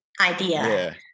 idea